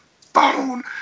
phone